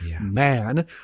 man